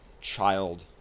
child